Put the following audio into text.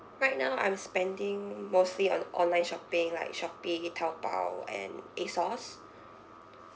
right now I'm spending mostly on online shopping like shopee taobao and ASOS